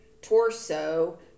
torso